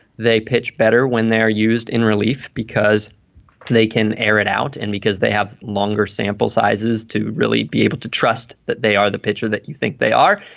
they pitch better when they're used in relief because they can air it out and because they have longer sample sizes to really be able to trust that they are the pitcher that you think they are.